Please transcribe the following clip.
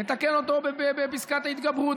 נתקן אותו בפסקת ההתגברות,